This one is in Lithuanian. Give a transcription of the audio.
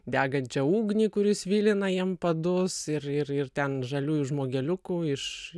degančią ugnį kuri svilina jam padus ir ir ir ten žaliųjų žmogeliukų iš